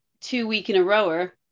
two-week-in-a-rower